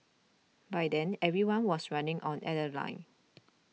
by then everyone was running on adrenaline